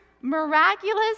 miraculous